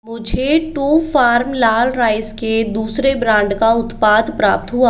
मुझे टूफार्म लाल राइस के दूसरे ब्रांड का उत्पाद प्राप्त हुआ